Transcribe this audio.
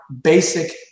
Basic